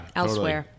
elsewhere